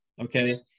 okay